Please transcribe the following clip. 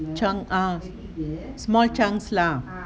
chunk ah small chunks lah